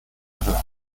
gehört